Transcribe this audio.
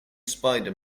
spider